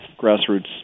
grassroots